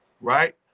right